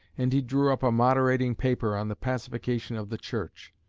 and he drew up a moderating paper on the pacification of the church.